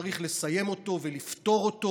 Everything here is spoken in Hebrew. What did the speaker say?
וצריך לסיים אותו ולפתור אותו.